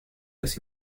los